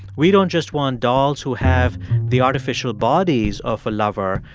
we don't just want dolls who have the artificial bodies of a lover.